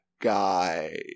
guy